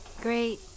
great